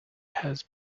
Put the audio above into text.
has